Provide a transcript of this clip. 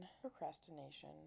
Procrastination